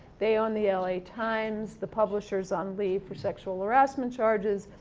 they own the la times, the publisher's on leave for sexual harassment charges.